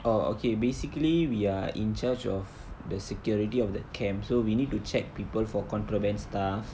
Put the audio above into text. orh okay basically we are in charge of the security of the camp so we need to check people for contraband stuff